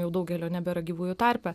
jau daugelio nebėra gyvųjų tarpe